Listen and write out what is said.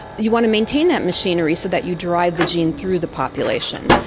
you want to maintain that machinery so that you drive the gene through the population.